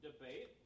debate